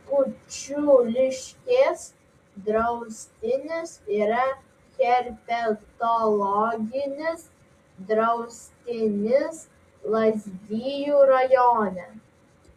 kučiuliškės draustinis yra herpetologinis draustinis lazdijų rajone